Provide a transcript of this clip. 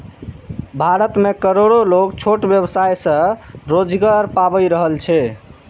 भारत मे करोड़ो लोग छोट व्यवसाय सं रोजगार पाबि रहल छै